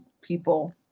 people